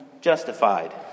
justified